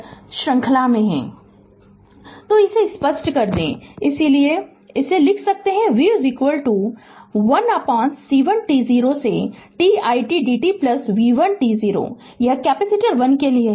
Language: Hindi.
Refe Rslide Time 0919 तो हम इसे स्पष्ट कर दे इसलिए इसे लिख सकते है v 1C1 t0 से t it dt v1 t0 यह कैपेसिटर 1 के लिए है